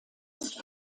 ist